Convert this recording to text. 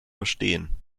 verstehen